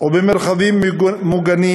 ובמרחבים מוגנים.